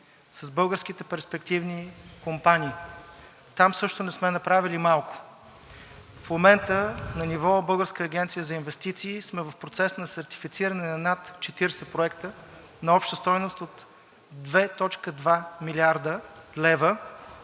с българските перспективни компании. Там също не сме направили малко. В момента на ниво Българска агенция за инвестиции сме в процес на сертифициране на над 40 проекта на обща стойност от 2,2 млрд. лв.,